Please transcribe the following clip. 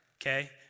okay